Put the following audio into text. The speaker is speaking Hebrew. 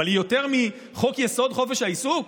אבל הוא יותר מחוק-יסוד: חופש העיסוק?